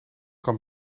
kan